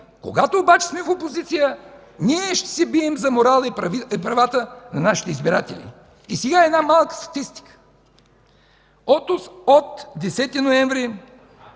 Когато обаче сме в опозиция, ние ще се бием за морала и правата на нашите избиратели. Сега една малка статистика. От 10 ноември